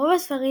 ברוב הספרים,